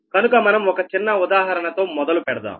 కనుక మనం ఒక చిన్న ఉదాహరణ తో మొదలు పెడదాం